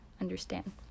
understand